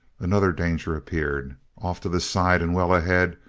another danger appeared. off to the side and well ahead,